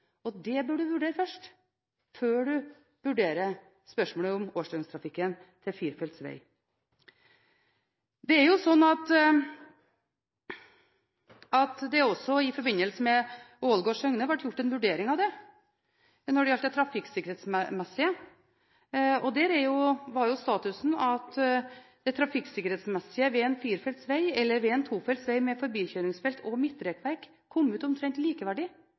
det man bør vurdere først – før man vurderer spørsmålet om årsdøgntrafikken til firefeltsveg. Også i forbindelse med Søgne–Ålgård ble det gjort en vurdering av det når det gjaldt det trafikksikkerhetsmessige, og der var statusen at en firefeltsveg og en tofeltsveg med forbikjøringsfelt og midtrekkverk kom ut omtrent